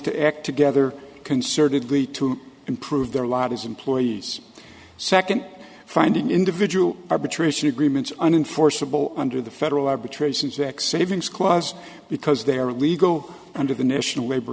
to act together concertedly to improve their lot as employees second finding individual arbitration agreements unforeseeable under the federal arbitration sac savings clause because they are legal under the national labor